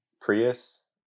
Prius